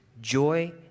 joy